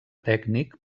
tècnic